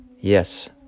Yes